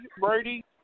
Brady